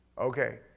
Okay